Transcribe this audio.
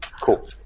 Cool